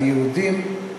על יהודים,